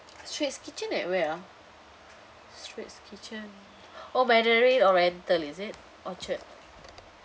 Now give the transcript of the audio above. straits kitchen at where ah straits kitchen oh mandarin oriental is it orchard